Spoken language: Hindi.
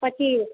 पचीस